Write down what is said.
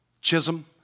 Chisholm